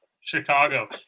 Chicago